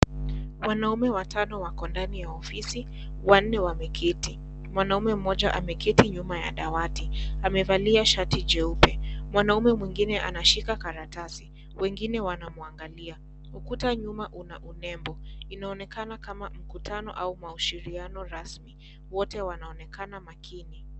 Wanaume watano wako ndani ya ofisi, wanne wameketi, mwanaume mmoja ameketi nyuma ya dawati amevalia shati jeupe, mwanaume mwingine anashika karatasi, wengine wanamwangalia, ukuta nyuma una unembo, inaonekana kama mkutano au maushiriano rasmi, wote wanaonekana makini.